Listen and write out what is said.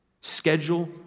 Schedule